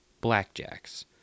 Blackjacks